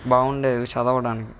బావుండేవి చదవడానికి